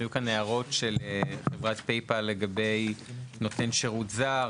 היו כאן הערות של חברת PayPal לגבי נותן שירות זר,